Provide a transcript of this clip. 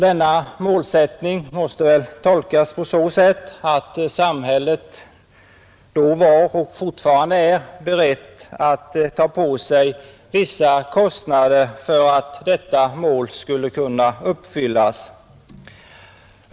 Detta måste väl tolkas på så sätt att samhället då var och fortfarande är berett att ta på sig vissa kostnader för att detta mål skall kunna uppnås.